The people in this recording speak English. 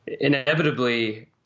inevitably